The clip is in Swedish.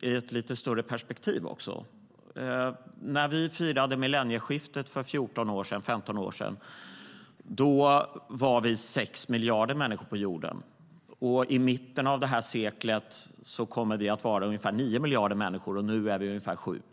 ett lite större perspektiv. När vi firade millennieskiftet för 15 år sedan var vi 6 miljarder människor på jorden, och i mitten av det här seklet kommer vi att vara ungefär 9 miljarder människor. Nu är vi ungefär 7 miljarder.